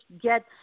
get